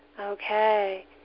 Okay